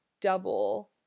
double